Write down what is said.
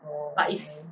oh okay